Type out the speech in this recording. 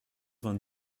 vingt